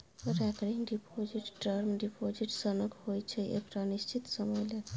recurring deposit term deposit सनक होइ छै एकटा निश्चित समय लेल